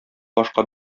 башка